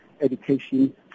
education